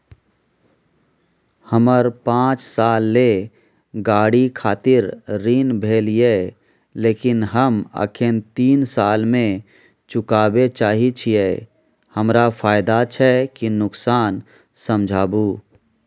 हमर पाँच साल ले गाड़ी खातिर ऋण भेल ये लेकिन हम अखने तीन साल में चुकाबे चाहे छियै हमरा फायदा छै की नुकसान समझाबू?